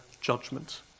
judgment